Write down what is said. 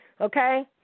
Okay